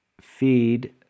feed